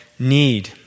need